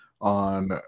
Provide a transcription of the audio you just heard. on